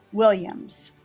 williams